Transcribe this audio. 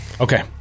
Okay